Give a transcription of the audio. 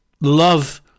love